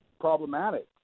problematic